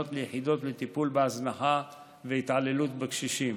ליחידות לטיפול בהזנחה והתעללות בקשישים.